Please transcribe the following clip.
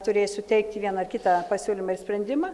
turėsiu teikti vieną kitą pasiūlymą ir sprendimą